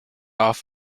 off